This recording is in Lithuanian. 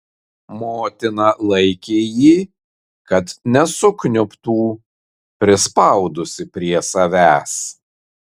motina laikė jį kad nesukniubtų prispaudusi prie savęs